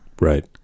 Right